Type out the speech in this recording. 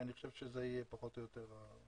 אני חושב שזה יהיה פחות או יותר הגידול.